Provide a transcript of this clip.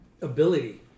ability